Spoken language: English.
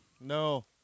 No